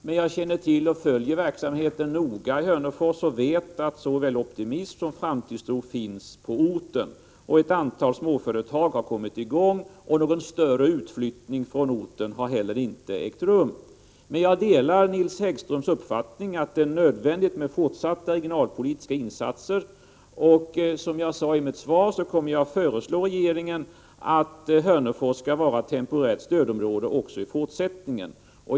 Jag känner emellertid till och följer noga verksamheten i Hörnefors, och jag vet att såväl optimism som framtidstro finns på orten. Ett antal småföretag har kommit i gång och någon större utflyttning från orten har heller inte ägt rum. Men jag delar Nils Häggströms uppfattning att det är nödvändigt med fortsatta regionalpolitiska insatser. Som jag sade i mitt svar, kommer jag att föreslå regeringen att Hörnefors skall vara temporärt stödområde också i fortsättningen.